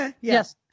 Yes